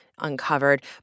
uncovered